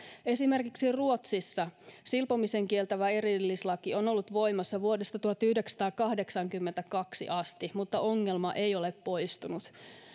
esimerkiksi ruotsissa silpomisen kieltävä erillislaki on on ollut voimassa vuodesta tuhatyhdeksänsataakahdeksankymmentäkaksi asti mutta ongelma ei ole poistunut